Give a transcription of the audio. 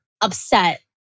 upset